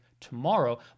tomorrow